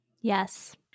Yes